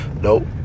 Nope